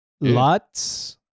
Lots